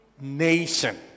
nation